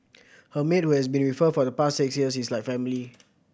her maid who has been with her for the past six years is like family